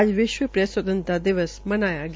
आज विश्व प्रेस स्वतंत्रता दिवस मनाया गया